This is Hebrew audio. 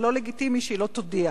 אבל לא לגיטימי שהיא לא תודיע.